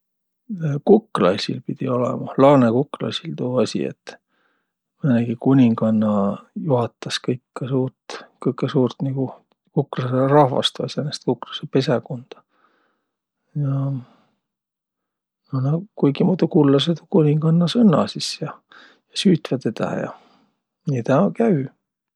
Kuklaisil pidi olõma, laanõkuklaisil tuu asi, et määnegi kuninganna juhatas kõikõ suurt, kõkkõ suurt kuklasõrahvast, säänest kuklasõpesäkunda ja nä kuigimuudu kullõsõq tuu kuninganna sis ja, ja süütväq tedä ja. Nii tä käü.